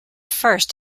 first